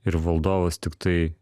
ir valdovas tiktai